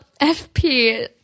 FP